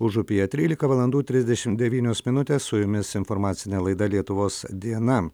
užupyje trylika valandų trisdešimt devynios minutės su jumis informacinė laida lietuvos diena